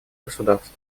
государств